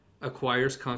acquires